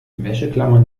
wäscheklammern